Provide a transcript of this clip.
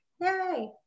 Yay